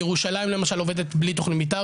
ירושלים למשל עובדת בלי תוכנית מתאר,